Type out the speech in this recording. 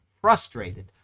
frustrated